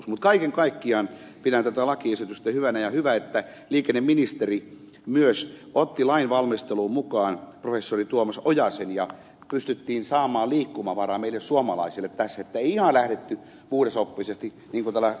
mutta kaiken kaikkiaan pidän tätä lakiesitystä hyvänä ja hyvä että liikenneministeri myös otti lain valmisteluun mukaan professori tuomas ojasen ja pystyttiin saamaan liikkumavaraa meille suomalaisille tässä että ei ihan lähdetty puhdasoppisesti niin kuin täällä ed